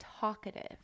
talkative